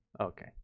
Okay